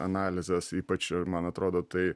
analizės ypač ir man atrodo tai